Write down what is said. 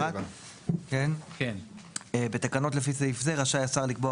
עמוד 57. שמירה על אחידות 42. (ז) בתקנות לפי סעיף זה רשאי השר לקבוע